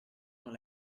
con